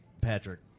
Patrick